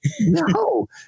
No